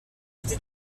été